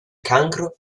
cancro